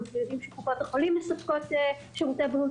אנחנו יודעים שקופות החולים מספקות שירותי בריאות